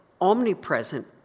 omnipresent